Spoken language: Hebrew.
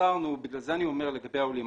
בגלל זה אני אומר לגבי העולים.